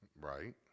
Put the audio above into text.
Right